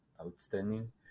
outstanding